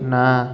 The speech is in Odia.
ନା